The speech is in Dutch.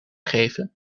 geven